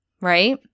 right